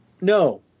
No